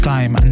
Time